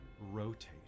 rotate